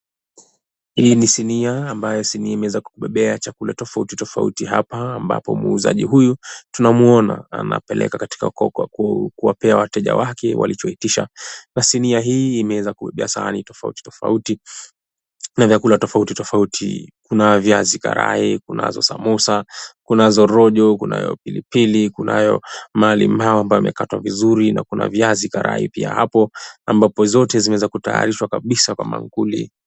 Hii ni sinia ambayo sinia imeweza kubebea chakula tofauti tofauti hapa ambapo muuzaji huyu tunamuona anapeleka katika kuwapea wateja wake walichoitisha na sinia hii imeweza kubeba sahani tofauti tofauti na vyakula tofauti tofauti kuna viazi karai, kunazo samosa, kunazo rojo, kunayo pilipili, kunayo malimau ambayo yamekatwa vizuri na kuna viazi karai pia hapo ambapo zote zimeweza kutaarishwa kabisa kwa maankuli.